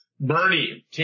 Bernie